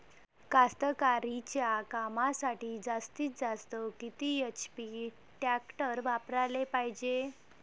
कास्तकारीच्या कामासाठी जास्तीत जास्त किती एच.पी टॅक्टर वापराले पायजे?